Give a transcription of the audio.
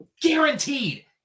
guaranteed